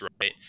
right